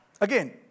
Again